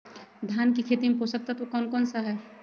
धान की खेती में पोषक तत्व कौन कौन सा है?